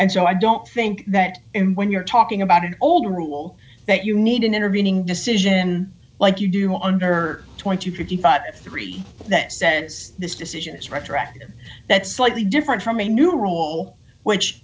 and so i don't think that when you're talking about an old rule that you need an intervening decision like you do under two thousand and fifty five and three that says this decision is retroactive that's slightly different from a new rule which